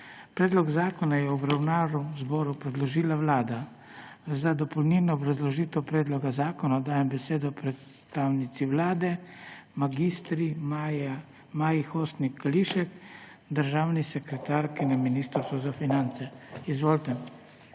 Predlog zakona je v obravnavo Državnemu zboru predložila Vlada. Za dopolnilno obrazložitev predloga zakona dajem besedo predstavnici Vlade mag. Hostnik Kališek, državni sekretarki na Ministrstvu za finance. Izvolite.